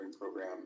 program